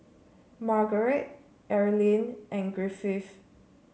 Margret Erlene and Griffith